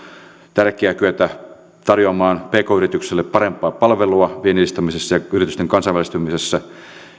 tärkeää kyetä tarjoamaan pk yrityksille parempaa palvelua viennin edistämisessä ja yritysten kansainvälistymisessä